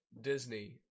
Disney